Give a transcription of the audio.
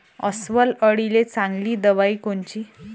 अस्वल अळीले चांगली दवाई कोनची?